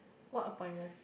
what appointment